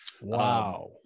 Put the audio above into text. Wow